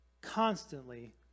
constantly